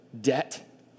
debt